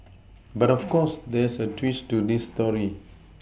but of course there's a twist to this story